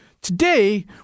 Today